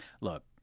look